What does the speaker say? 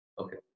Okay